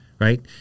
Right